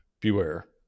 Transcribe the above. beware